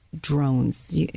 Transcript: drones